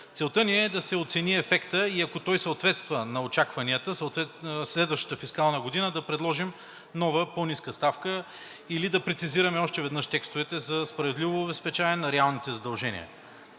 Целта ни е да се оцени ефектът и ако той съответства на очакванията, следващата фискална година да предложим нова по ниска ставка или да прецизираме още веднъж текстовете за справедливо обезпечаване на реалните задължения.